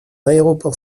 aéroport